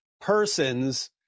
persons